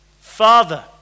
Father